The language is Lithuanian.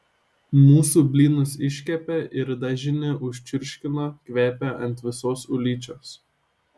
mūsų blynus iškepė ir dažinį užčirškino kvepia ant visos ulyčios